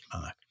Mark